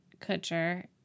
Kutcher